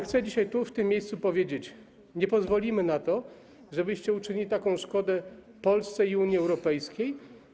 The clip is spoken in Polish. Chcę dzisiaj tu, w tym miejscu, powiedzieć: nie pozwolimy na to, żebyście uczynili taką szkodę Polsce i Unii Europejskiej.